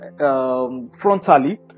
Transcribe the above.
frontally